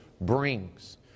brings